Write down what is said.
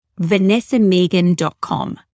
vanessamegan.com